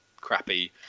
crappy